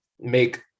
make